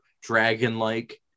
dragon-like